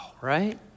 right